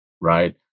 right